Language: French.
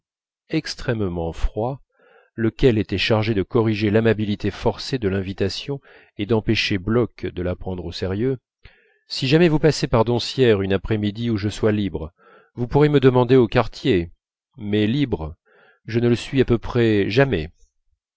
extrêmement froid lequel était chargé de corriger l'amabilité forcée de l'invitation et d'empêcher bloch de la prendre au sérieux si jamais vous passez par doncières une après-midi où je sois libre vous pourrez me demander au quartier mais libre je ne le suis à peu près jamais